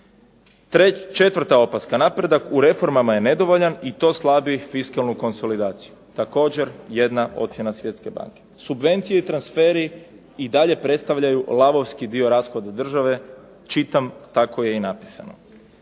Četvrta opaska. Napredak u reformama je nedovoljan i to slabi fiskalnu konsolidaciju. Također jedna ocjena Svjetske banke. Subvencije i transferi i dalje predstavljaju lavovski dio rashoda države, čitam, tako je i napisano.